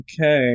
Okay